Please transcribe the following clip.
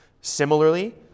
Similarly